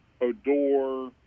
Odor